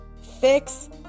fix